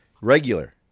regular